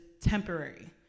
temporary